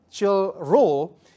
role